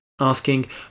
asking